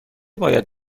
باید